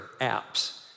apps